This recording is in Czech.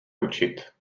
učit